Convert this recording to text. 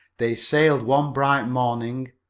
they sailed one bright morning,